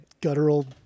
guttural